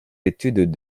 études